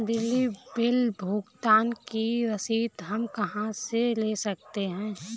बिजली बिल भुगतान की रसीद हम कहां से ले सकते हैं?